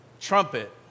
trumpet